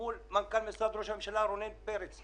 מול מנכ"ל משרד ראש הממשלה רונן פרץ,